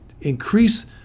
increase